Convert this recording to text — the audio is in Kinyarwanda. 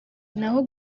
naho